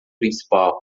principal